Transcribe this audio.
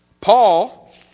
Paul